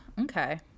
okay